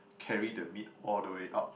carry the meat all the way up